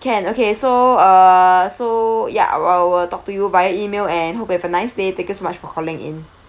can okay so uh so ya I I will talk to you via email and hope have a nice day thank you so much for calling in